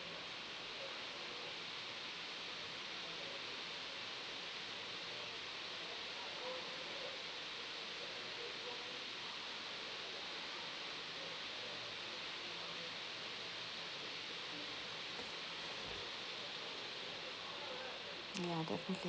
ya definitely